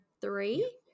three